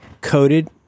coated